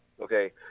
Okay